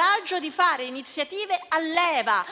il coraggio di fare iniziative a leva,